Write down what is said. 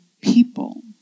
people